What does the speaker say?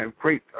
great